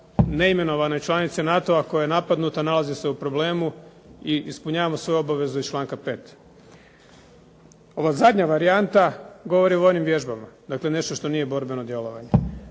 neimenovanoj članici NATO-a koja je napadnuta, nalazi se u problemu i ispunjavamo svoje obaveze iz članka 5. Ova zadnja varijanta govori o vojnim vježbama, dakle nešto što nije borbeno djelovanje.